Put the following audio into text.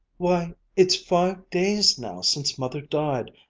why it's five days now since mother died,